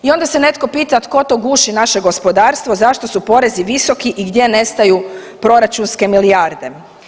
I onda se netko pita tko to guši naše gospodarstvo, zašto su porezi visoki i gdje nestaju proračunske milijarde.